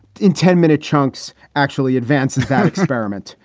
in ten minute chunks, actually advances that experiment.